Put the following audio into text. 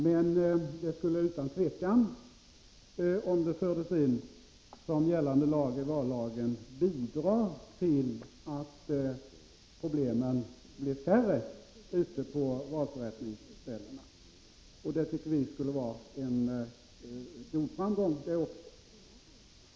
Men om det fördes in som gällande lag i vallagen skulle det utan tvivel bidra till att problemen ute på valförättningsställena blev färre, och också det skulle vara en god framgång.